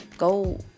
Go